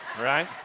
right